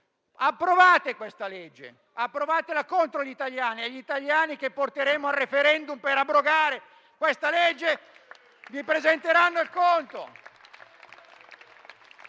Approvate questa legge, approvatela contro gli italiani e gli italiani che porteremo al *referendum* per abrogare questa legge vi presenteranno il conto.